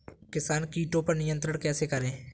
किसान कीटो पर नियंत्रण कैसे करें?